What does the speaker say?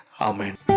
Amen